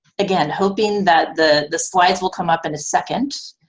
again, hoping that the the slides will come up in a second.